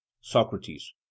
Socrates